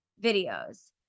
videos